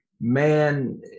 man